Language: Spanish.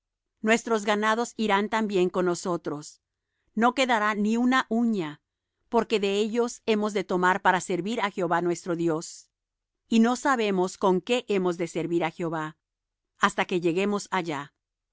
nuestros ganados irán también con nosotros no quedará ni una uña porque de ellos hemos de tomar para servir á jehová nuestro dios y no sabemos con qué hemos de servir á jehová hasta que lleguemos allá